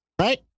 right